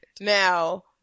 now